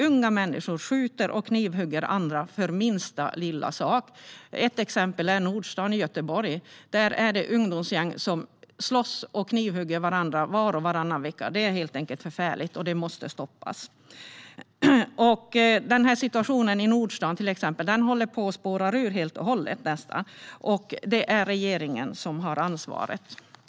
Unga människor skjuter och knivhugger andra för minsta lilla sak. Ett exempel är Nordstan i Göteborg, där ungdomsgäng slåss och knivhugger varandra var och varannan vecka. Det är helt enkelt förfärligt, och det måste stoppas. Situationen i Nordstan håller på att spåra ur helt och hållet, och det är regeringen som har ansvaret.